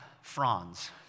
fronds